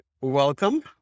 Welcome